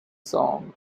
song